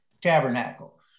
tabernacle